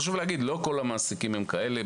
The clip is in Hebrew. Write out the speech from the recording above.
חשוב להגיד שלא כל המעסיקים הם כאלה.